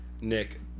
Nick